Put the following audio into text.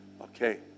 Okay